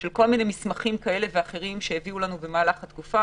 כל מיני מסמכים כאלה ואחרים שהביאו לנו במהלך התקופה